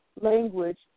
language